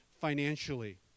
financially